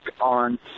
on